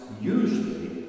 usually